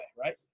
right